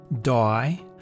die